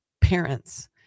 parents